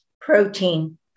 protein